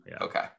Okay